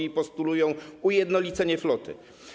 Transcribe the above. Oni postulują ujednolicenie floty.